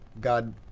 God